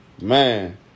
Man